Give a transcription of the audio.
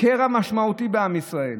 קרע משמעותי בעם ישראל,